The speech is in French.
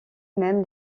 même